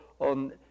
on